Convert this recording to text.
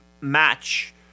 match